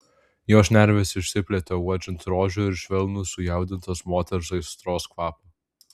jo šnervės išsiplėtė uodžiant rožių ir švelnų sujaudintos moters aistros kvapą